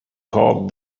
called